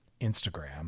Instagram